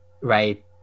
right